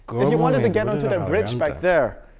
if you wanted to get onto that bridge back there,